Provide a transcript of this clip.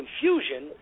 confusion